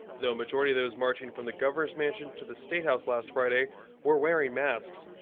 though a majority of those marching from the governor's mansion to the state house last friday were wearing masks,